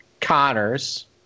Connors